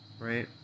right